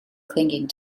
clinging